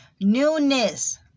newness